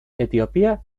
etiopía